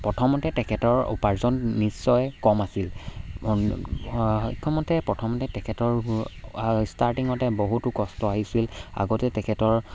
প্ৰথমতে তেখেতৰ উপাৰ্জন নিশ্চয় কম আছিল প্ৰথমতে তেখেতৰ ষ্টাৰ্টিঙতে বহুতো কষ্ট আহিছিল আগতে তেখেতৰ